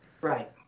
Right